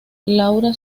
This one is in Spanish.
laura